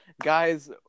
Guys